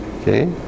okay